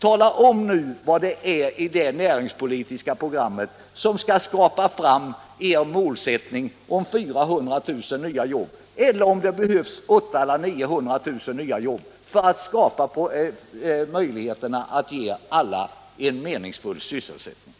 Tala om vad det är i det näringspolitiska programmet som skall förverkliga er målsättning om 400 000 nya jobb — eller om det behövs 800 000 eller 900 000 nya jobb för att skapa möjlighet att ge alla en meningsfull sysselsättning.